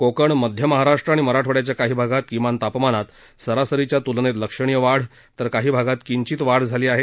कोकण मध्य महाराष्ट्र आणि मराठवाङ्याच्या काही भागात किमान तापमानात सरासरीच्या तुलनेत लक्षणीय वाढ तरं काही भागात किंचित वाढ झाली आहे